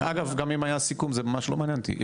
אגב, גם אם היה סיכום זה לא ממש לא מעניין אותי.